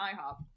IHOP